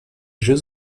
jeux